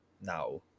now